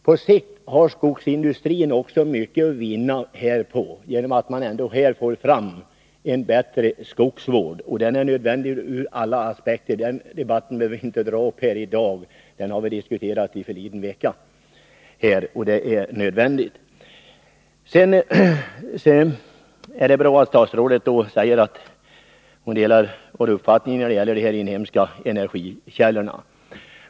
På sikt har skogsindustrin också mycket att vinna härpå, genom att man också får fram en bättre skogsvård. Den är nödvändig ur alla aspekter. Den debatten behöver vi inte dra upp här i dag; den har vi diskuterat i förliden vecka. Det är bra att statsrådet säger att hon delar vår uppfattning när det gäller de inhemska energikällorna.